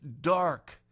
dark